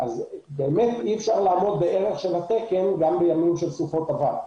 באמת אי אפשר לעמוד בערך של התקן גם בימים של סופות אבק,